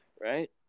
right